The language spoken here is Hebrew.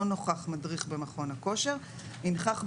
נוכח מדריך במכון הכושר ינכח במקום..."